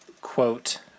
quote